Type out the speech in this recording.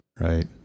Right